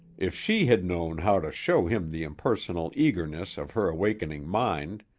if she had known how to show him the impersonal eagerness of her awakening mind!